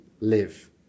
live